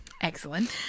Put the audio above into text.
Excellent